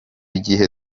gihe